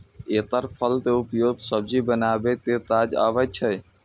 एकर फल के उपयोग सब्जी बनबै के काज आबै छै